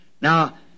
now